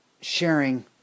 sharing